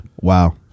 Wow